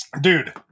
Dude